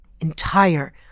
entire